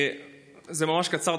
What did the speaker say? זה ממש קצר,